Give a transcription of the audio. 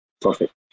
Perfect